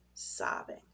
sobbing